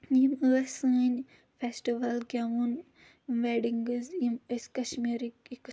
یِم ٲسۍ سٲنۍ فیسٹِول گیوُن ویڈِنٛگٕز یِم ٲسۍ کشمیٖرٕکۍ